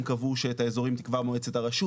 אבל לא צריך לחוקק את האזור בתוך חוק העזר.